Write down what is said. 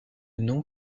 nom